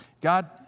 God